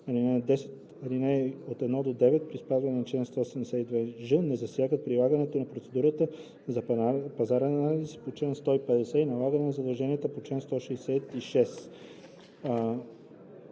Алинеи 1 – 9, при спазване на чл. 172ж, не засягат прилагането на процедурата за пазарен анализ по чл. 150 и налагането на задължения по чл. 166.“